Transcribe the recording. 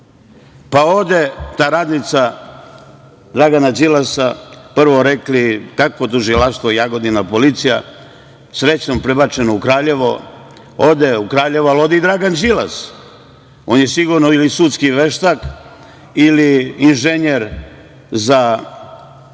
Pa ode ta radnica Dragana Đilasa, prvo rekli kakvo tužilaštvo i Jagodina, policija, srećom prebačeno u Kraljevo, ode u Kraljevo, ali ode i Dragan Đilas. On je sigurno ili sudski veštak ili inženjer za